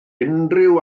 unrhyw